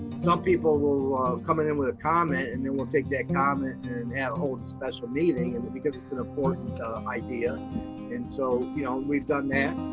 some people will come in in with a comment, and then we'll take that comment and and hold a special meeting and because it's an important idea. and so you know and we've done that.